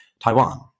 Taiwan